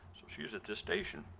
so she's at this station,